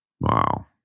Wow